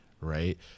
right